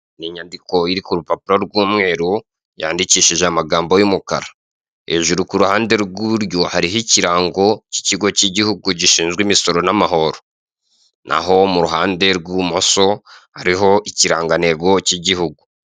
Ni inyandiko iri ku rupapuro rw'umweru, yandikishije amagambo y'umukara. Hejuru ku ruhande rw'uburyo hariho ikirango cy'ikigo cy'igihugu gishinzwe imisoro n'amahoro. Naho mu ruhande rw'ubumoso hariho ikirangantego cy'igihugu.